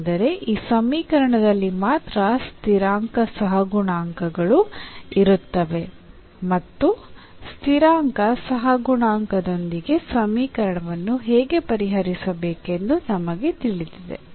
ಅಂದರೆ ಈ ಸಮೀಕರಣದಲ್ಲಿ ಮಾತ್ರ ಸ್ಥಿರಾಂಕ ಸಹಗುಣಾಂಕಗಳು ಇರುತ್ತವೆ ಮತ್ತು ಸ್ಥಿರಾಂಕ ಸಹಗುಣಾಂಕದೊಂದಿಗೆ ಸಮೀಕರಣವನ್ನು ಹೇಗೆ ಪರಿಹರಿಸಬೇಕೆಂದು ನಮಗೆ ತಿಳಿದಿದೆ